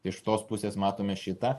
iš tos pusės matome šitą